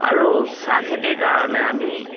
আৰু চাহ খেতিৰ কাৰণে আমি